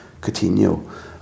Coutinho